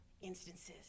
instances